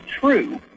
true